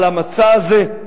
על המצע הזה.